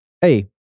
hey